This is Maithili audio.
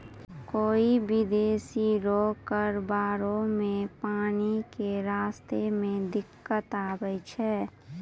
कोय विदेशी रो कारोबार मे पानी के रास्ता मे दिक्कत आवै छै